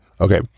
okay